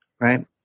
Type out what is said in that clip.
right